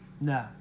No